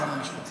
עוד כמה משפטים.